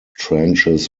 trenches